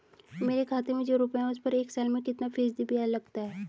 मेरे खाते में जो रुपये हैं उस पर एक साल में कितना फ़ीसदी ब्याज लगता है?